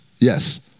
Yes